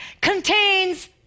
contains